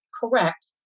correct